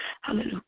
Hallelujah